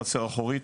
בחצר האחורית.